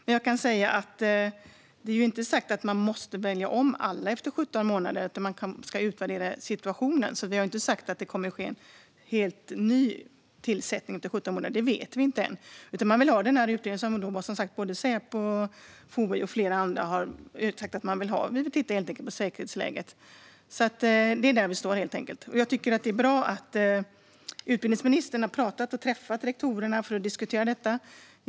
Men jag kan säga att det ju inte är sagt att man måste välja om alla efter 17 månader, utan man ska utvärdera situationen. Vi har inte sagt att det kommer att ske en helt ny tillsättning efter 17 månader. Det vet vi inte ännu. Säpo, FOI och flera andra har sagt att man vill ha en utredning där man tittar på säkerhetsläget. Det är där vi står, helt enkelt. Jag tycker att det är bra att utbildningsministern har träffat och pratat med rektorerna för att diskutera och tala om varför man vill göra detta.